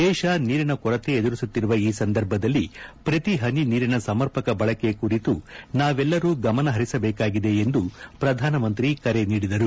ದೇಶ ನೀರಿನ ಕೊರತೆ ಎದುರಿಸುತ್ತಿರುವ ಈ ಸಂದರ್ಭದಲ್ಲಿ ಪ್ರತಿ ಪನಿ ನೀರಿನ ಸಮರ್ಪಕ ಬಳಕೆ ಕುರಿತು ನಾವೆಲ್ಲರೂ ಗಮನ ಪರಿಸಬೇಕಾಗಿದೆ ಎಂದು ಪ್ರಧಾನಮಂತ್ರಿ ಕರೆ ನೀಡಿದರು